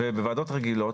בוועדות רגילות,